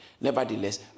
Nevertheless